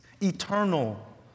Eternal